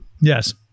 Yes